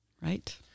right